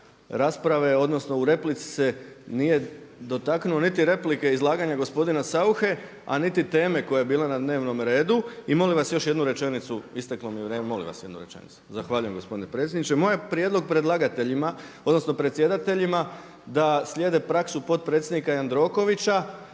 rasprave odnosno u replici se nije dotaknuo niti replike izlaganja gospodina Sauche, a niti teme koja je bila na dnevnome redu. I molim vas još jednu rečenicu, isteklo mi je vrijeme, molim vas jednu rečenicu. Zahvaljujem gospodine predsjedniče. Moj je prijedlog predlagateljima odnosno predsjedateljima da slijede praksu potpredsjednika Jandrokovića